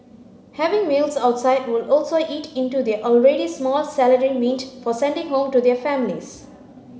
having meals outside will also eat into their already small salary meant for sending home to their families